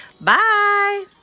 Bye